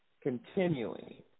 continuing